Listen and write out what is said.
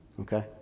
Okay